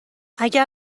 اگر